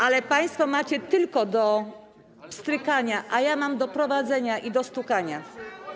Ale państwo macie tylko do pstrykania, a ja mam do prowadzenia i do stukania.